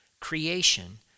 creation